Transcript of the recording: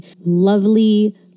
lovely